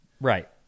Right